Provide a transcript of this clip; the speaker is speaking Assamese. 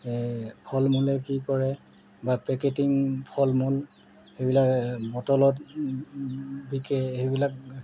এই ফল মূলে কি কৰে বা পেকেজিং ফল মূল সেইবিলাক বটলত বিকে সেইবিলাক